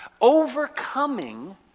Overcoming